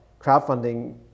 crowdfunding